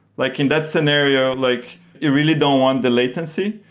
like in that scenario, like you really don't want the latency.